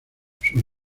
sus